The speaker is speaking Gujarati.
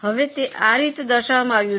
હવે તે આ રીતે દર્શાવવામાં આવ્યું છે